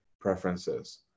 preferences